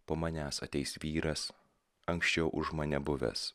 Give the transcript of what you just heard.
po manęs ateis vyras anksčiau už mane buvęs